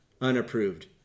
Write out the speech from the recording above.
unapproved